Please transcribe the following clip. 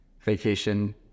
vacation